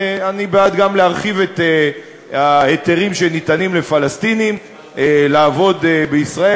אני בעד גם להרחיב את מספר ההיתרים שניתנים לפלסטינים לעבוד בישראל.